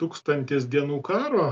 tūkstantis dienų karo